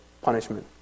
punishment